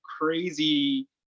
crazy